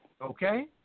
okay